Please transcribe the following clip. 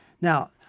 Now